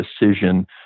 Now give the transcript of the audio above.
decision